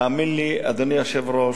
תאמין לי, אדוני היושב-ראש,